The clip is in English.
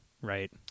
right